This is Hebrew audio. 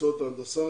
במקצועות ההנדסה,